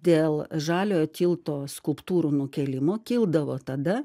dėl žaliojo tilto skulptūrų nukėlimo kildavo tada